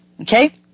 Okay